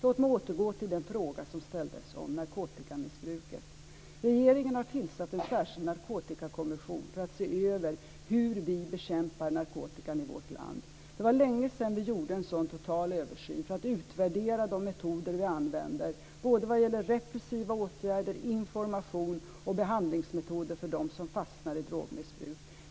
Låt mig återgå till den fråga som ställdes om narkotikamissbruket. Regeringen har tillsatt en särskild narkotikakommission för att se över hur vi bekämpar narkotikan i vårt land. Det var länge sedan vi gjorde en sådan total översyn för att utvärdera de metoder vi använder både när det gäller repressiva åtgärder, information och behandlingsmetoder för dem som fastnar i drogmissbruk.